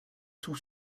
tout